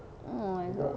oh my god